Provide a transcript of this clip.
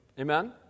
Amen